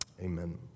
Amen